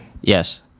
Yes